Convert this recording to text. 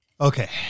Okay